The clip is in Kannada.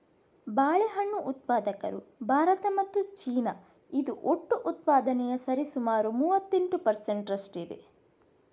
ಬಾಳೆಹಣ್ಣು ಉತ್ಪಾದಕರು ಭಾರತ ಮತ್ತು ಚೀನಾ, ಇದು ಒಟ್ಟು ಉತ್ಪಾದನೆಯ ಸರಿಸುಮಾರು ಮೂವತ್ತೆಂಟು ಪರ್ ಸೆಂಟ್ ರಷ್ಟಿದೆ